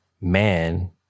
Man